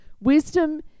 Wisdom